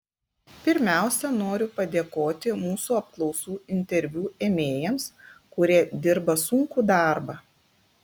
pirmiausia noriu padėkoti mūsų apklausų interviu ėmėjams kurie dirba sunkų darbą